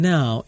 Now